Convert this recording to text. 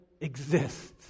exists